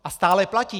A stále platí.